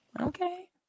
Okay